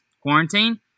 quarantine